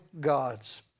gods